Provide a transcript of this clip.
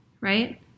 Right